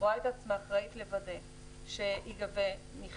רואה את עצמה אחראית לוודא שייגבה מכי"ל